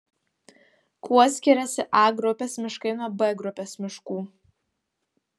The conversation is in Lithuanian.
kuo skiriasi a grupės miškai nuo b grupės miškų